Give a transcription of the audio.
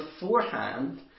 beforehand